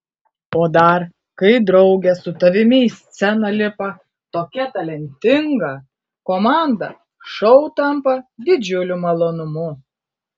o dar kai drauge su tavimi į sceną lipa tokia talentinga komanda šou tampa didžiuliu malonumu